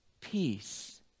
Peace